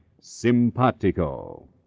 Simpatico